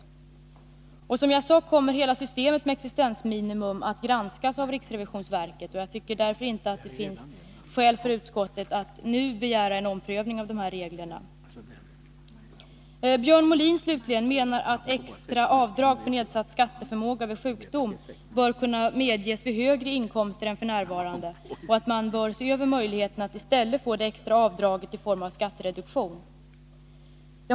När det gäller existensminimum kommer hela systemet, som sagt, att granskas av riksrevisionsverket. Utskottet har därför ingen anledning att nu begära en omprövning av reglerna. Slutligen: Enligt Björn Molin bör extra avdrag för nedsatt skatteförmåga vid sjukdom kunna medges vid högre inkomster än som f. n. är fallet. Han säger att man bör se över möjligheten att i stället få det extra avdraget i form av skattereduktion.